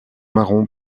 marron